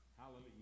Hallelujah